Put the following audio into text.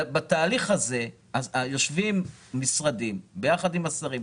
בתהליך הזה יושבים משרדים ביחד השרים,